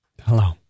Hello